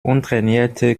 untrainierte